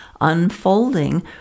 unfolding